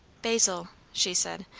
basil, she said,